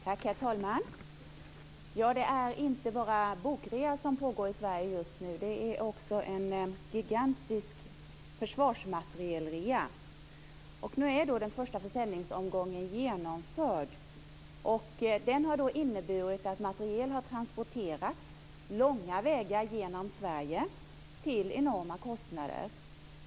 Herr talman! Det är inte bara bokrea som pågår i Sverige just nu. Det pågår också en gigantisk försvarsmaterielrea. Nu är den första försäljningsomgången genomförd. Den har inneburit att materiel har transporterats långa vägar genom Sverige till enorma kostnader.